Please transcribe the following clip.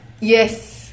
Yes